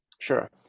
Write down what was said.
Sure